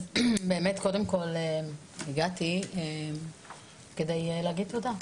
באמת קודם כל הגעתי כדי להגיד תודה.